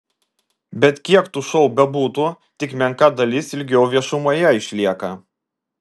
bet kiek tų šou bebūtų tik menka dalis ilgiau viešumoje išlieka